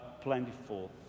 plentiful